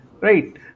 Right